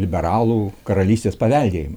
liberalų karalystės paveldėjimą